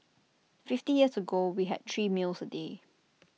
fifty years ago we had three meals A day